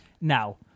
Now